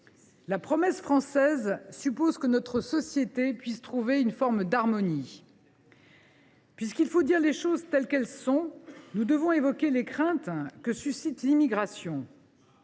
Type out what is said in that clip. La promesse française suppose que notre société puisse trouver une forme d’harmonie. « Puisqu’il faut dire les choses telles qu’elles sont, nous devons évoquer les craintes que suscite l’immigration.